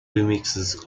remixes